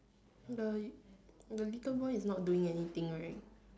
the the little boy is not doing anything right